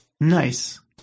Nice